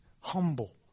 humble